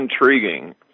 intriguing